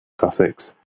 sussex